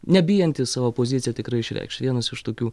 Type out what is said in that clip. nebijantis savo poziciją tikrai išreikšt vienas iš tokių